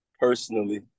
personally